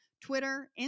Twitter